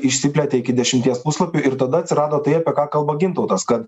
išsiplėtė iki dešimties puslapių ir tada atsirado tai apie ką kalba gintautas kad